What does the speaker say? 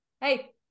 hey